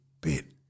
bit